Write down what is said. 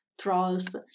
trolls